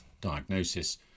Diagnosis